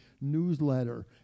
newsletter